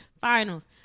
finals